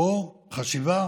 או חשיבה